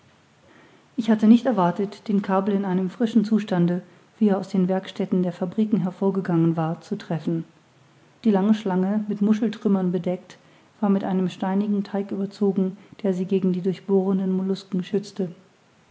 ich hatte nicht erwartet den kabel in dem frischen zustande wie er aus den werkstätten der fabriken hervorgegangen war zu treffen die lange schlange mit muscheltrümmern bedeckt war mit einem steinigen teig überzogen der sie gegen die durchbohrenden mollusken schützte